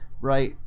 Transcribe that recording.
right